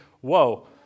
whoa